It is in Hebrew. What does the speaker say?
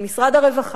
של משרד הרווחה,